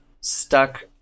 stuck